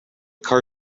car